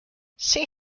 see